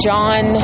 John